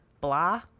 blah